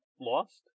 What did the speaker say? lost